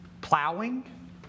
plowing